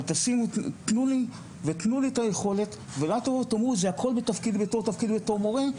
אבל תנו לי את היכולת ואל תאמרו זה הכול בתפקיד בתור מורה,